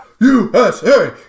USA